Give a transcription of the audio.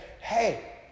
hey